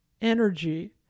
energy